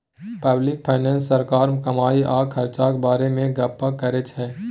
public finance सरकारक कमाई आ खरचाक बारे मे गप्प करै छै